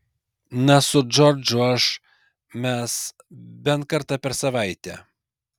na su džordžu aš mes bent kartą per savaitę